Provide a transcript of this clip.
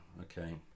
okay